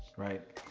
right,